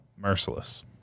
Merciless